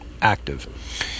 active